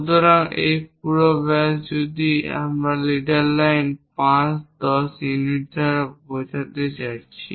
সুতরাং এই পুরো ব্যাস যদি আমরা লিডার লাইন 5 10 ইউনিট দ্বারা দেখাতে যাচ্ছি